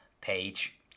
page